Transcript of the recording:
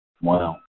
Wow